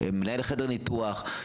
מנהל חדר ניתוח.